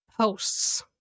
posts